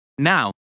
Now